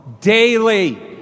daily